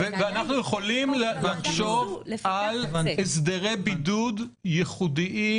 אנחנו כבר היום יודעים, מבחינת פרסומים מדעיים,